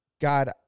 God